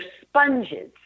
sponges